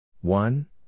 one